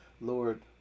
Lord